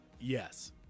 yes